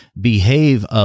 behave